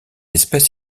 espèce